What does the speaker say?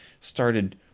started